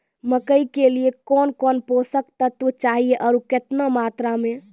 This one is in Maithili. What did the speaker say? मकई के लिए कौन कौन पोसक तत्व चाहिए आरु केतना मात्रा मे?